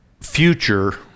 future